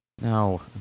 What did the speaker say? no